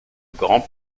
grand